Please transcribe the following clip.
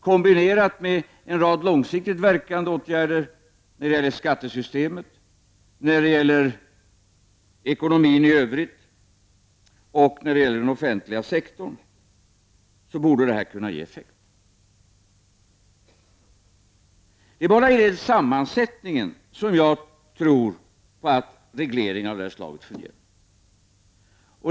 Kombinerat med en rad långsiktigt verkande åtgärder när det gäller skattesystemet, när det gäller den offentliga sektorn och när det gäller ekonomin i övrigt borde det här kunna ge effekt. Det är bara i den sammansättningen som jag tror att regleringar av det här slaget fungerar.